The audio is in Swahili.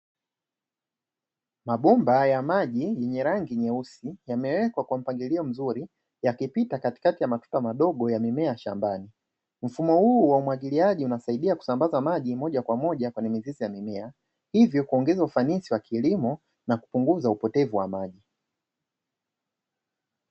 Mabomba ya maji yenye rangi nyeusi yamewekwa kwa mpangilio mzuri yakipita katikati ya matuta madogo ya mimea ya shambani, mfumo huu wa umwagiliaji unasaidia kusambaza maji moja kwa moja kwenye mizizi ya mimea, hivyo kuongeza ufanisi wa kilimo na kupunguza upotevu wa maji.